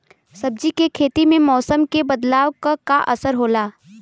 सब्जी के खेती में मौसम के बदलाव क का असर होला?